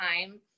time